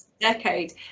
decade